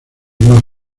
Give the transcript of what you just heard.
más